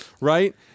right